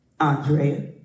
Andrea